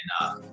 enough